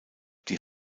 die